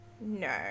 No